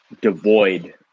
devoid